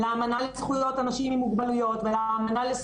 ואלה חלק מהדברים שהעליתי וגם העלו